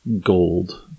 gold